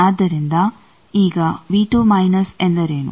ಆದ್ದರಿಂದ ಈಗ ಎಂದರೇನು